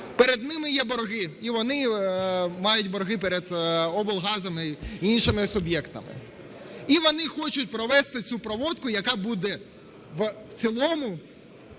Перед ними є борги, і вони мають борги перед облгазами і іншими суб'єктами. І вони хочуть провести цю проводку, яка буде в цілому